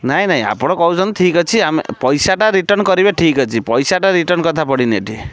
ନାଇଁ ନାଇଁ ଆପଣ କହୁଛନ୍ତି ଠିକ ଅଛି ଆମେ ପଇସାଟା ରିଟର୍ନ୍ କରିବେ ଠିକ ଅଛି ପଇସାଟା ରିଟର୍ନ୍ କଥା ପଡ଼ିନି ଏଇଠି